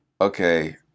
Okay